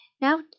now